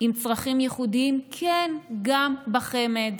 עם צרכים ייחודיים, כן, גם בחמ"ד,